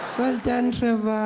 well done trevor.